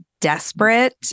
desperate